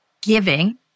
giving